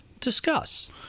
Discuss